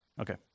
Okay